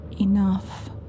Enough